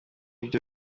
byo